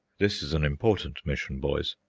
this is an important mission, boys,